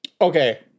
Okay